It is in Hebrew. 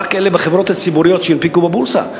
רק אלה בחברות הציבוריות שהנפיקו בבורסה,